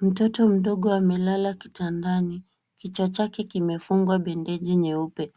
Mtoto mdogo amelala kitandani, kichwa chake kimefungwa bendeji nyeupe,